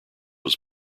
was